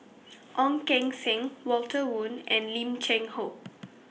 Ong Keng Sen Walter Woon and Lim Cheng Hoe